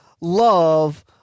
love